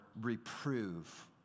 reprove